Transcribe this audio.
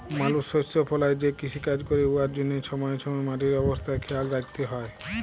মালুস শস্য ফলাঁয় যে কিষিকাজ ক্যরে উয়ার জ্যনহে ছময়ে ছময়ে মাটির অবস্থা খেয়াল রাইখতে হ্যয়